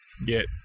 Get